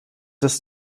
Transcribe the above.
ist